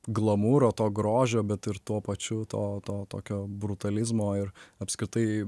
glamūro to grožio bet ir tuo pačiu to to tokio brutalizmo ir apskritai